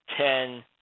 ten